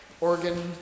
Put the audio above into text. organ